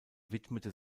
widmete